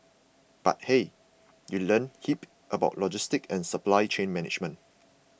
but hey you learn heaps about logistics and supply chain management